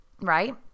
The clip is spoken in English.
Right